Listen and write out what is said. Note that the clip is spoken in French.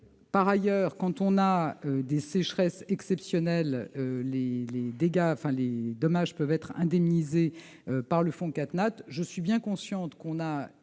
Par ailleurs, en cas de sécheresse exceptionnelle, les dommages peuvent être indemnisés par le fonds « Catnat